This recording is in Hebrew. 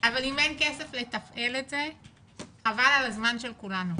אבל אם אין כסף לתפעל את זה חבל על הזמן של כולנו.